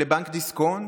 לבנק דיסקונט,